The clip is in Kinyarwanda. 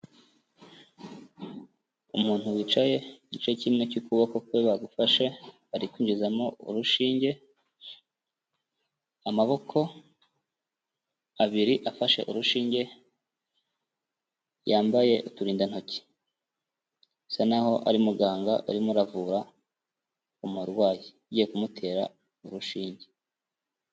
Umuntu wicaye igice kimwe cy'ukuboko kwe bagufashe bari kwinjizamo urushinge, amaboko abiri afashe urushinge yambaye uturindantoki, bisa naho ari muganga urimo uravura umurwayi ugiye kumutera urushinge.